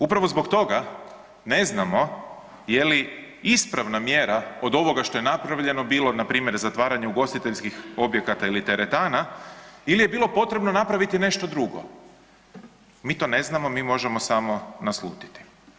Upravo zbog toga ne znamo je li ispravna mjera od ovoga što je napravljeno bilo npr. zatvaranje ugostiteljskih objekata ili teretana ili je bilo potrebno napraviti nešto drugo, mi to ne znamo, mi možemo samo naslutiti.